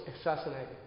assassinated